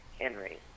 Henry